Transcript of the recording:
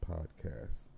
Podcast